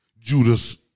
Judas